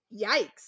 yikes